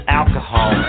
alcohol